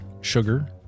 sugar